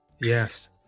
Yes